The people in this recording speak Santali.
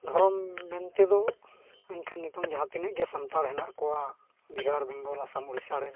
ᱫᱷᱚᱨᱚᱢ ᱢᱮᱱ ᱛᱮᱫᱚ ᱢᱮᱱᱠᱷᱟᱱ ᱡᱟᱦᱟᱸ ᱛᱤᱱᱟᱹᱜ ᱜᱮ ᱥᱟᱱᱛᱟᱲ ᱦᱮᱱᱟᱜ ᱠᱚᱣᱟ ᱵᱤᱦᱟᱨ ᱵᱮᱝᱜᱚᱞ ᱟᱥᱟᱢ ᱳᱰᱤᱥᱟ ᱨᱮ